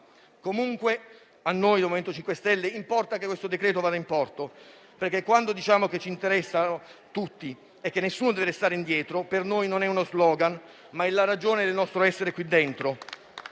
Comunque, a noi del MoVimento 5 Stelle interessa che questo decreto-legge vada in porto, perché quando diciamo che ci interessano tutti e che nessuno deve restare indietro, per noi non è uno *slogan* ma è la ragione del nostro essere qui.